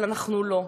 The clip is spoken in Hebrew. אבל אנחנו לא.